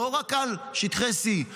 לא רק על שטחי C,